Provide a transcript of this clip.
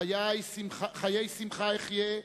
'חיי שמחה אחיה,